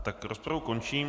Tak rozpravu končím.